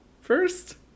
first